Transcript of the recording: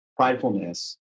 pridefulness